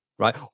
right